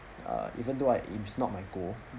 uh even though I it is not my goal